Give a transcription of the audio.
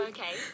Okay